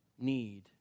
need